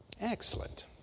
Excellent